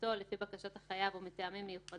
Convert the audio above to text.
מיוזמתו או לפי בקשת החייב ומטעמים שיירשמו,